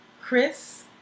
Chris